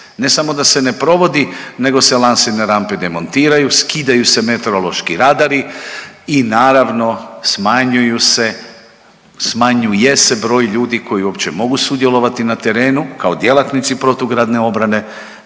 Ne samo da se ne provodi nego se lansirne rampe demontiraju, skidaju se meteorološki radari i naravno smanjuje se broj ljudi koji uopće mogu sudjelovati na terenu kao djelatnici protugradne obrane.